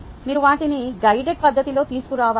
మీరు వాటిని గైడెడ్ పద్ధతిలో తీసుకురావాలి